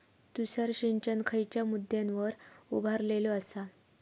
तुषार सिंचन खयच्या मुद्द्यांवर उभारलेलो आसा?